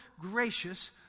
gracious